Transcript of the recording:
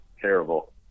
terrible